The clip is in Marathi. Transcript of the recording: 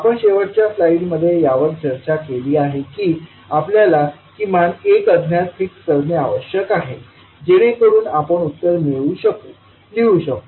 आपण शेवटच्या स्लाइडमध्ये यावरच चर्चा केली आहे की आपल्याला किमान एक अज्ञात फिक्स करणे आवश्यक आहे जेणेकरुन आपण उत्तर मिळवू शकू लिहू शकू